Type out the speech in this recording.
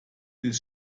des